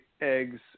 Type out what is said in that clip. eggs